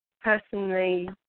personally